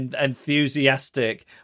enthusiastic